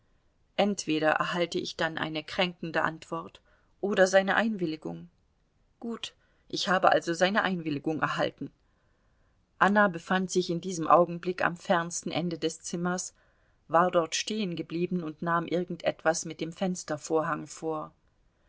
entweder erhalte ich dann eine kränkende antwort oder seine einwilligung gut ich habe also seine einwilligung erhalten anna befand sich in diesem augenblick am fernsten ende des zimmers war dort stehengeblieben und nahm irgend etwas mit dem fenstervorhang vor